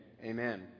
Amen